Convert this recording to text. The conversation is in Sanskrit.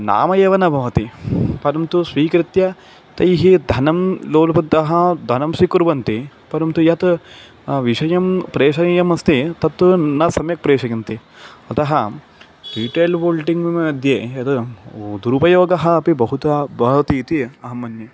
नाम एव न भवति परन्तु स्वीकृत्य तैः धनं लोन् बद्धः धनं स्वीकुर्वन्ति परन्तु यत् विषयं प्रेषणीयमस्ति तत् न सम्यक् प्रेषयन्ति अतः रिटैल् वोल्टिङ्ग् मध्ये यद् दुरुपयोगः अपि बहुधा भवति इति अहं मन्ये